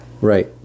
Right